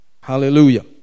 Hallelujah